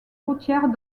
routière